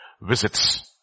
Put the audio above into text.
visits